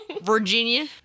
Virginia